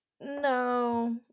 No